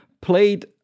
played